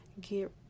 Get